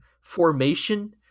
formation